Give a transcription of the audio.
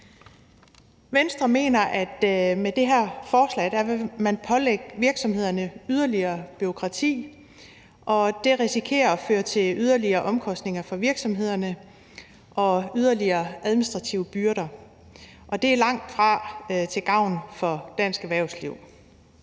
her forslag vil pålægge virksomhederne yderligere bureaukrati, og det risikerer at føre til yderligere omkostninger for virksomhederne og yderligere administrative byrder. Det er langtfra til gavn for dansk erhvervsliv.